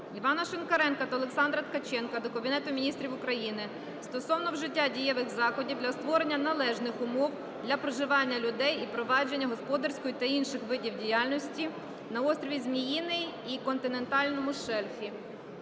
Івана Шинкаренка та Олександра Ткаченка до Кабінету Міністрів України стосовно вжиття дієвих заходів для створення належних умов для проживання людей і провадження господарської та інших видів діяльності на острові Зміїний і континентальному шельфі.